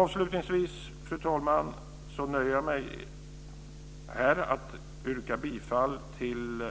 Avslutningsvis nöjer jag mig med att yrka bifall till